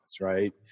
right